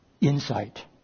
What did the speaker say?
insight